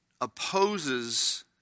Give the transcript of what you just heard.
opposes